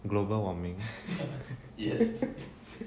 global warming